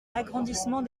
l’agrandissement